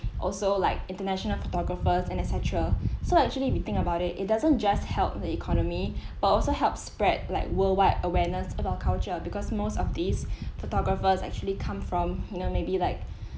also like international photographers and et cetera so actually if we think about it it doesn't just help the economy but also help spread like worldwide awareness of our culture because most of these photographers actually come from you know maybe like